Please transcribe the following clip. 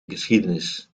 geschiedenis